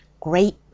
great